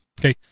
Okay